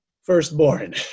firstborn